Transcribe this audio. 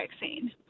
vaccine